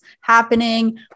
happening